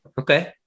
Okay